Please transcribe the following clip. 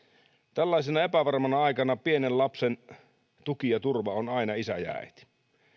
tällaisena epävarmana aikana pienen lapsen tuki ja turva on aina isä ja äiti